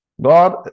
God